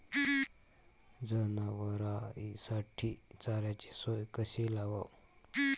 जनावराइसाठी चाऱ्याची सोय कशी लावाव?